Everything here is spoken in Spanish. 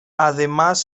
además